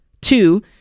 Two